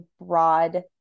broad